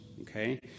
okay